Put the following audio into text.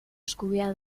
eskubidea